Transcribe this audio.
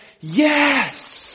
yes